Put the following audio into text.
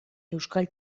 euskal